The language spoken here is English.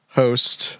host